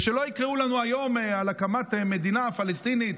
ושלא יקראו לנו היום על הקמת מדינה פלסטינית,